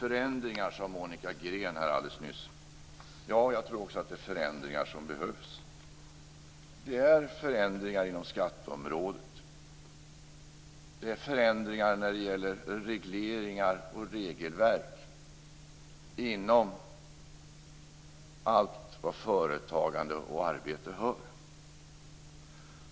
Monica Green talade här alldeles nyss om förändringar. Jag tror också att det är förändringar som behövs. Det gäller då förändringar inom skatteområdet och förändringar i fråga om regleringar och regelverk inom allt till vilket företagande och arbete hör.